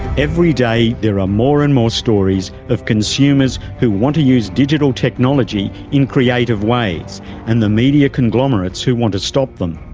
every day there are more and more stories of consumers who want to use digital technology in creative ways and the media conglomerates who want to stop them.